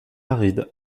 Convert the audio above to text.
arides